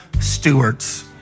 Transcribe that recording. stewards